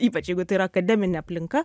ypač jeigu tai yra akademinė aplinka